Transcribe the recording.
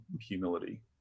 humility